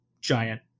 giant